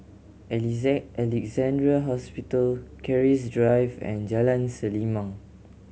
Alexandra Hospital Keris Drive and Jalan Selimang